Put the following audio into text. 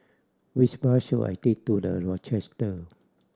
which bus should I take to The Rochester